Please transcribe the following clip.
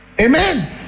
Amen